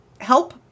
help